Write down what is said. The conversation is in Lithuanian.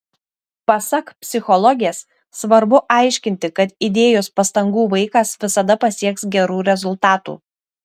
pasak psichologės svarbu aiškinti kad įdėjus pastangų vaikas visada pasieks gerų rezultatų